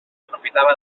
aprofitava